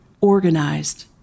organized